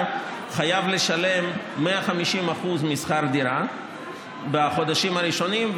חייב לשלם 150% משכר הדירה בחודשים הראשונים,